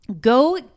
Go